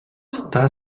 està